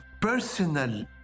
personal